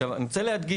עכשיו אני רוצה להדגיש,